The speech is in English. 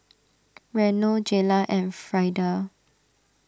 Reno Jayla and Frieda